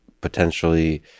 potentially